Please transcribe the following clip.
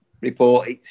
report